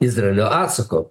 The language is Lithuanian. izraelio atsako